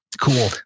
Cool